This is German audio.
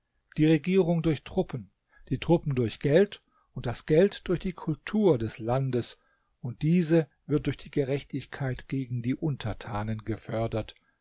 die regierung durch truppen die truppen durch geld und das geld durch die kultur des landes und diese wird durch die gerechtigkeit gegen die untertanen gefördert